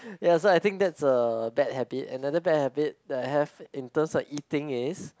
ya so I think that a bad habit another bad habit that I have in term of eating is